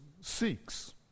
seeks